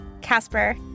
Casper